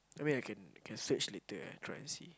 I mean I can can search later ah I try and see